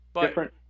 Different